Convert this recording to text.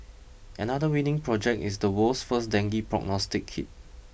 another winning project is the world's first dengue prognostic kit